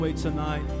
tonight